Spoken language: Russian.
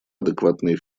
адекватные